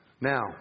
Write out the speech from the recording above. now